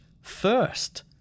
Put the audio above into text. First